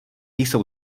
jsou